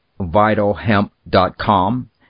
vitalhemp.com